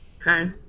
Okay